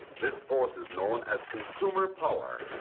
this force is known as consumer power.